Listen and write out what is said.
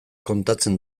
kontatzen